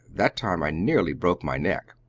that time i nearly broke my neck.